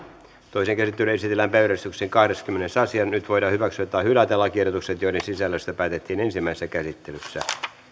toiseen käsittelyyn esitellään päiväjärjestyksen yhdeksästoista asia nyt voidaan hyväksyä tai hylätä lakiehdotus jonka sisällöstä päätettiin ensimmäisessä käsittelyssä